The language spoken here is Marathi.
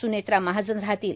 सुनेत्रा माहजन राहतील